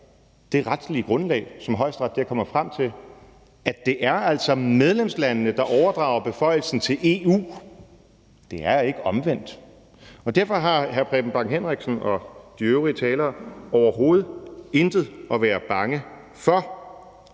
det retslige grundlag, som Højesteret der er kommet frem til, altså at det er medlemslandene, der overdrager beføjelsen til EU; det er ikke omvendt. Og derfor har hr. Preben Bang Henriksen og de øvrige talere overhovedet intet at være bange for.